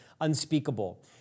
unspeakable